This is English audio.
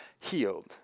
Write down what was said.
healed